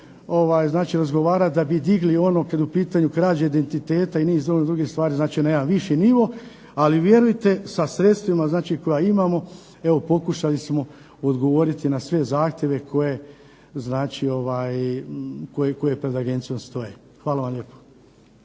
da bi digli ono kad je u pitanju krađa identiteta i niz mnogih drugih stvari na jedan viši nivo, ali vjerujte sa sredstvima koja imamo pokušali smo odgovoriti na sve zahtjeve koje pred Agencijom stoje. Hvala vam lijepo.